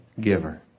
giver